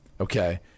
okay